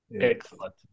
Excellent